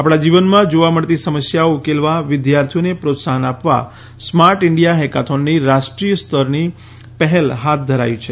આપણા જીવનમાં જોવા મળતી સમસ્યાઓ ઉકેલવા વિદ્યાર્થીઓને પ્રોત્સાફન આપવા સ્માર્ટ ઇન્ડિયા હેકાથોનની રાષ્ટ્રીય સ્તરની પહેલ ફાથ ધરાઈ છે